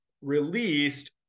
released